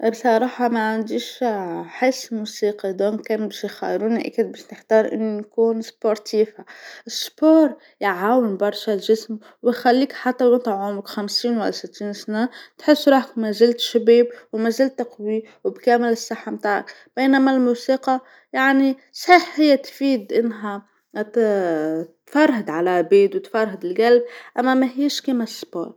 بصراحه ما عنديش حس موسيقي إذن كان باش يخيروني أكيد باش نختار أني نكون سبورتفيه، الرياضه يعاون برشا الجسم ويخليك حتى لو عمرك خمسين ولا ستين سنه تحس روحك ما زلت شباب وما زلت قوي وبكامل الصحه متاعك، بينما الموسيقى يعني صحيح هي تفيد أنها ما ت- تفرهد عالعباد وتفرهد القلب، أما ماهيش كيما الرياضه.